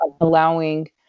allowing